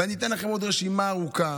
ואני אתן לכם עוד רשימה ארוכה.